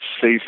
safe